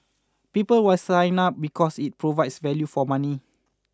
people will sign up because it provides value for money